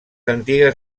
antigues